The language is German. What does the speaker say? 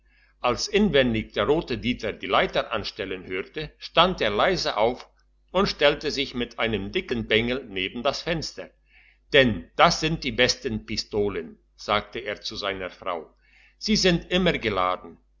als inwendig der rote dieter die leiter anstellen hörte stand er leise auf und stellte sich mit einem dicken bengel neben das fenster denn das sind die besten pistolen sagte er zu seiner frau sie sind immer geladen